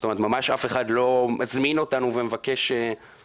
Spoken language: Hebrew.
זאת אומרת, ממש אף אחד לא מזמין אותנו ומבקש לדבר.